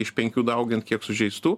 iš penkių daugint kiek sužeistų